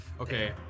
Okay